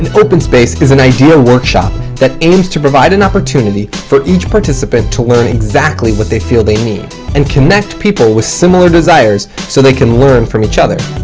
open space is an idea workshop that aims to provide an opportunity for each participant to learn exactly what they feel they need and connect people with similar desires so they can learn from each other.